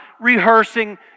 rehearsing